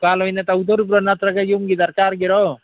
ꯗꯨꯀꯥꯟ ꯑꯣꯏꯅ ꯇꯧꯗꯣꯔꯤꯕ꯭ꯔꯣ ꯅꯠꯇ꯭ꯔꯒ ꯌꯨꯝꯒꯤ ꯗꯔꯀꯥꯔꯒꯤꯔꯣ